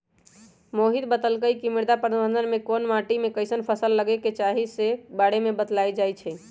मोहित बतलकई कि मृदा प्रबंधन में कोन माटी में कईसन फसल लगे के चाहि ई स के बारे में बतलाएल जाई छई